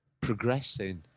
progressing